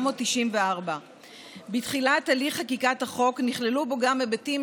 1994. בתחילת הליך חקיקת החוק נכללו בו גם היבטים